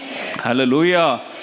Hallelujah